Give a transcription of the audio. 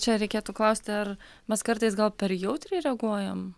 čia reikėtų klausti ar mes kartais gal per jautriai reaguojam